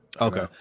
Okay